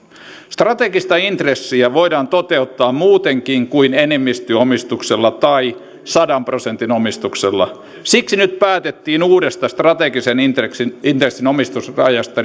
strategista intressiä voidaan toteuttaa muutenkin kuin enemmistöomistuksella tai sadan prosentin omistuksella siksi nyt päätettiin uudesta strategisen intressin intressin omistusrajasta